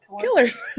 killers